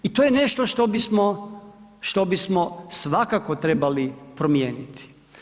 I to je nešto što bismo svakako trebali promijeniti.